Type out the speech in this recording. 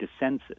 dissensus